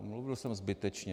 Mluvil jsem zbytečně.